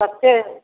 कत्ते